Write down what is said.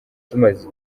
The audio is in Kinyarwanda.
tumaze